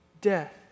death